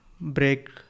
break